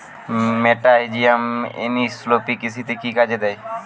মেটাহিজিয়াম এনিসোপ্লি কৃষিতে কি কাজে দেয়?